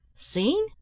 Seen